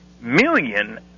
million